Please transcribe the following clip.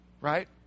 right